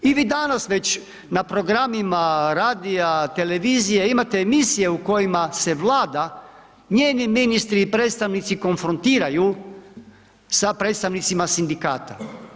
I vi danas već na programima radija, televizije imate emisije u kojima se Vlada, njeni ministri i predstavnici konfrontiraju sa predstavnicima sindikata.